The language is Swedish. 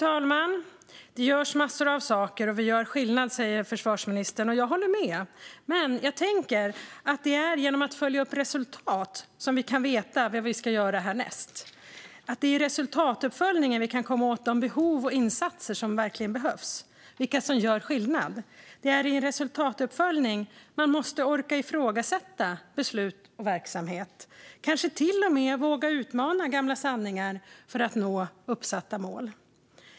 Fru talman! Det görs massor av saker och vi gör skillnad, säger försvarsministern. Och jag håller med. Men jag tänker att det är genom att följa upp resultat som vi kan veta vad vi ska göra härnäst. Det är i resultatuppföljningen vi kan komma åt de behov och insatser som verkligen behövs, vilka som gör skillnad. Det är i resultatuppföljningen vi måste orka ifrågasätta beslut och verksamhet, kanske till och med våga utmana gamla sanningar för att nå uppsatta mål.